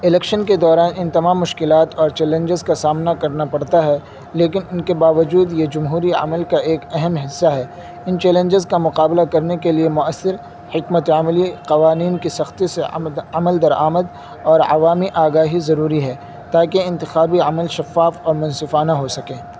election کے دوران ان تمام مشکلات اور چیلنجز کا سامنا کرنا پڑتا ہے لیکن ان کے باوجود یہ جمہوری عمل کا ایک اہم حصہ ہے ان چیلنجز کا مقابلہ کرنے کے لیے مؤثر حکمت عملی قوانین کی سختی سے عمل درآمد اور عوامی آگاہی ضروری ہے تاکہ انتخابی عمل شفاف اور منصفانہ ہو سکے